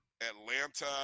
atlanta